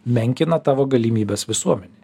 menkina tavo galimybes visuomenėj